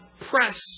press